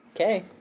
Okay